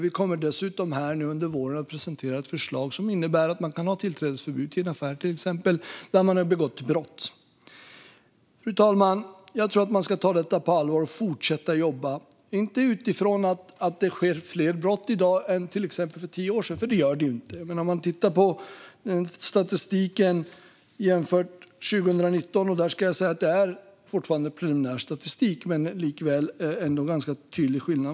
Vi kommer dessutom under våren att presentera ett förslag som innebär att man kan ha tillträdesförbud i en affär, till exempel, för personer som har begått brott där. Fru talman! Jag tror att man ska ta detta på allvar och fortsätta jobba med det, men inte utifrån att det sker fler brott i dag än till exempel för tio år sedan, för det gör det inte. Man kan titta på statistiken och jämföra med 2019 - jag ska säga att där är det fortfarande preliminär statistik, men det är ändå en ganska tydlig skillnad.